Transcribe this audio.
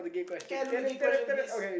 okay I do the gay question please